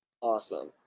Awesome